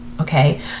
okay